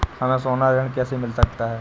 हमें सोना ऋण कैसे मिल सकता है?